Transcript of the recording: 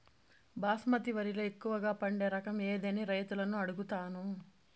బాస్మతి వరిలో ఎక్కువగా పండే రకం ఏది అని రైతులను అడుగుతాను?